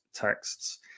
texts